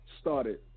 started